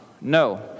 No